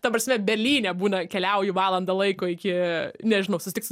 ta prasme berlyne būna keliauju valandą laiko iki nežinau susitikt su